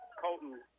Colton